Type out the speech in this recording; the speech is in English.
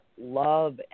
love